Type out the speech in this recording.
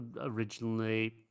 originally